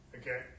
Okay